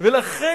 לכן,